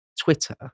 Twitter